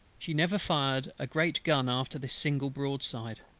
she never fired a great gun after this single broadside.